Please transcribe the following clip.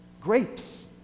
Grapes